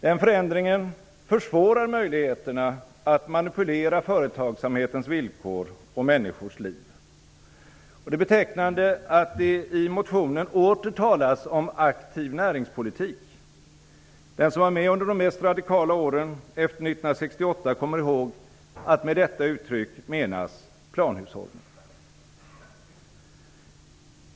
Den förändringen försvårar möjligheterna att manipulera företagsamhetens villkor och människors liv. Det är betecknande att det i motionen åter talas om aktiv näringspolitik. Den som var med under de mest radikala åren efter 1968 kommer ihåg att med detta uttryck menas planhushållning.